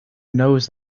knows